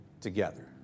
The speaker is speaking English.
together